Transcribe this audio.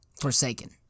Forsaken